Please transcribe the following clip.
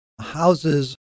Houses